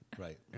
Right